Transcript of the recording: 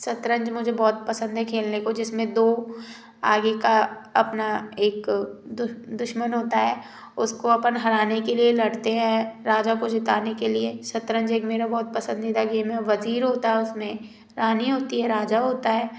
शतरंज मुझे बहुत पसंद है खेलने को जिसमें दो आगे का अपना एक दुश्मन होता है उसको अपन हारने के लिए लड़ते हैं राजा को जिताने के लिए शतरंज एक मेरा बहुत पसंदीदा गेम है वजीर होता है उसमें रानी होती है राजा होता है